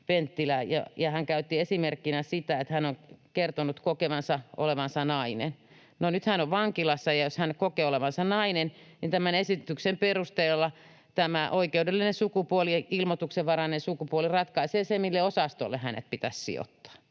Hän käytti esimerkkinä sitä, että hän on kertonut kokevansa olevansa nainen. No, nyt hän on vankilassa, ja jos hän kokee olevansa nainen, niin tämän esityksen perusteella tämä oikeudellinen sukupuoli, ilmoituksenvarainen sukupuoli, ratkaisee sen, mille osastolle hänet pitäisi sijoittaa.